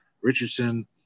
Richardson